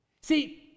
See